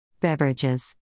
Beverages